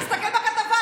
תסתכל בכתבה.